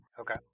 Okay